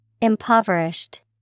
Impoverished